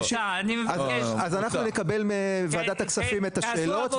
אז אנחנו נקבל מוועדת הכספים את השאלות,